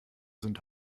sind